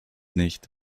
nicht